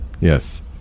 Yes